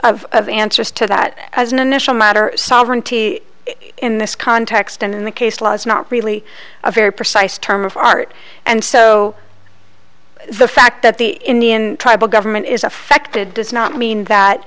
answers to that as an initial matter sovereignty in this context and in the case law is not really a very precise term of art and so the fact that the indian tribal government is affected does not mean that